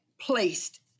placed